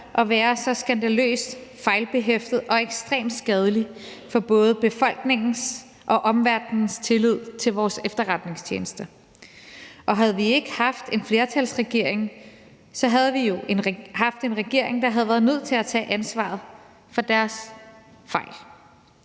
at være skandaløst fejlbehæftet og ekstremt skadelig for både befolkningens og omverdenens tillid til vores efterretningstjeneste. Og havde vi ikke haft en flertalsregering, så havde vi jo haft en regering, der havde været nødt til at tage ansvar for deres fejl;